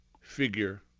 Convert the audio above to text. figure